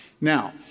Now